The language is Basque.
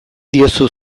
diozu